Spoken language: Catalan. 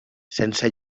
sense